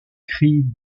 cri